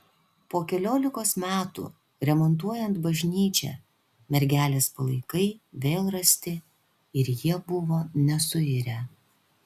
po keliolikos metų remontuojant bažnyčią mergelės palaikai vėl rasti ir jie buvo nesuirę